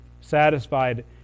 satisfied